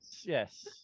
yes